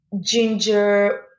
ginger